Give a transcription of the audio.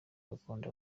agakunda